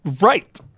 right